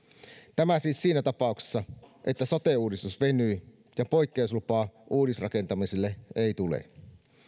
tämä siis siinä tapauksessa että sote uudistus venyy ja poikkeuslupaa uudisrakentamiselle ei tule